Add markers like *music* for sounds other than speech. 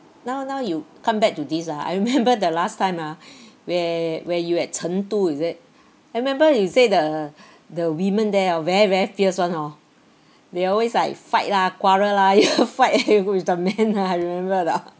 now now you come back to this ah I remember the last time ah *breath* where where you at chengdu is it I remember you say the the women there ah very very fierce [one] hor they always like fight lah quarrel lah you *laughs* know fight lah with the men ah you remember or not *laughs*